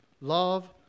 Love